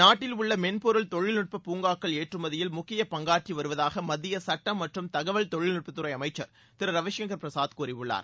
நாட்டில் உள்ள மென்பொருள் தொழில்நுட்பப் பூங்காக்கள் ஏற்றுமதியில் முக்கியப்பங்காற்றி வருவதாக மத்திய சட்டம் மற்றும் தகவல் தொழில்நுட்ப துறை அமைச்சள் திரு ரவிசங்கள் பிரசாத் கூறியுள்ளார்